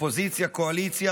אופוזיציה וקואליציה,